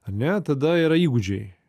ar ne tada yra įgūdžiai